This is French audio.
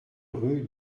rue